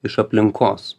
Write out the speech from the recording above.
iš aplinkos